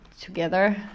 together